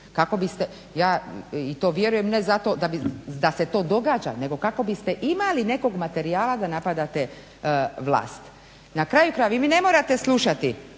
da je to tako i to vjerujem ne zato da se to događa nego kako biste imali nekog materijala da napadate vlast. Na kraju krajeva, vi ne morate slušati